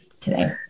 today